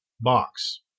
box